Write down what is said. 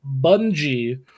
Bungie